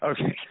Okay